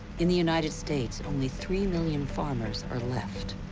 in the united states, only three million farmers are left.